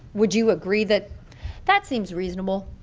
would you agree that that seems reasonable?